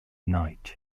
night